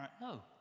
No